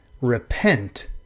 Repent